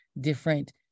different